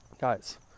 Guys